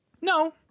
No